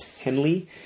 Henley